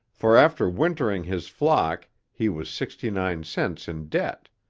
for after wintering his flock he was sixty-nine cents in debt,